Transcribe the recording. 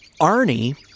Arnie